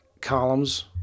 columns